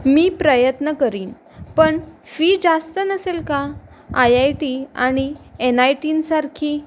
मी प्रयत्न करीन पण फी जास्त नसेल का आय आय टी आणि एन आय टींसारखी